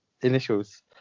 initials